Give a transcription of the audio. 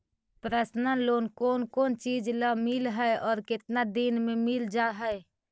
Personal loan कोन कोन चिज ल मिल है और केतना दिन में मिल जा है?